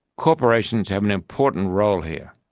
corporations have an important role here.